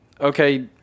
okay